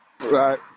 Right